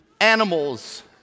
animals